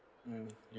mm